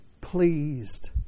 pleased